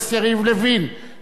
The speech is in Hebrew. בגלל צוק העתים,